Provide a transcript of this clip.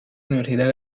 universidad